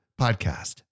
podcast